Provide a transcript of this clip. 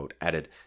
added